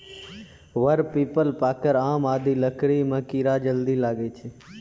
वर, पीपल, पाकड़, आम आदि लकड़ी म कीड़ा जल्दी लागै छै